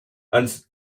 ans